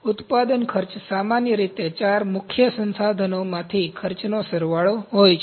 ઉત્પાદન ખર્ચ સામાન્ય રીતે ચાર મુખ્ય સંસાધનોમાંથી ખર્ચનો સરવાળો હોય છે